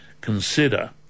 consider